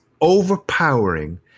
overpowering